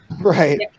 Right